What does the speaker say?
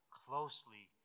closely